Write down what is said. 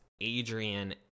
Adrian